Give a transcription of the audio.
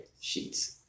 sheets